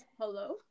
Hello